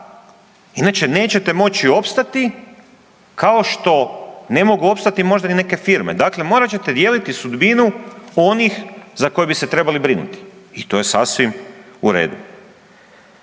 inače nećete moći opstati kao što ne mogu opstati možda ni neke firme, dakle morat ćete dijeliti sudbinu onih za koje bi se trebali brinuti i to je sasvim u redu.